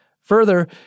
Further